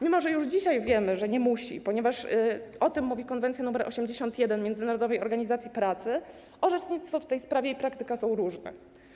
Mimo że już dzisiaj wiemy, że nie musi, ponieważ o tym mówi konwencja nr 81 Międzynarodowej Organizacji Pracy, to orzecznictwo w tej sprawie i praktyka są różne.